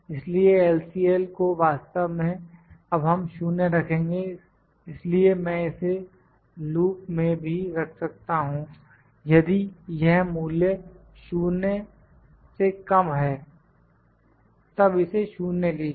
इसलिए LCL को वास्तव में अब हम 0 रखेंगे इसलिए मैं इसे लूप में भी रख सकता हूं यदि यह मूल्य 0 से कम है तब इसे 0 लीजिए